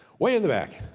way in the back.